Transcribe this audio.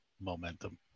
Momentum